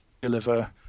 deliver